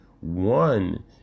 one